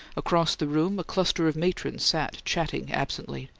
across the room, a cluster of matrons sat chatting absently,